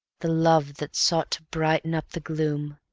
the love that sought to brighten up the gloom,